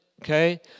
okay